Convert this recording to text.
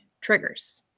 triggers